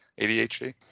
adhd